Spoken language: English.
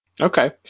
Okay